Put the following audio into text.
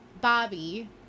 Bobby